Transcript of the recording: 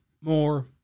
more